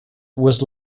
was